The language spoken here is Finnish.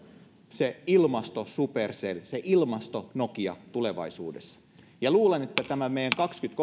se ilmasto supercell se ilmasto nokia tulevaisuudessa luulen että tämän meidän